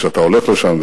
כשאתה הולך לשם,